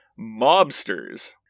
Mobsters